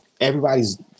everybody's